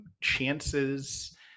chances